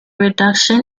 reduction